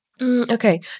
Okay